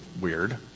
weird